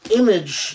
image